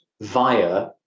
via